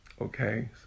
okay